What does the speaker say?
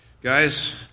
Guys